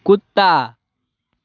कुत्ता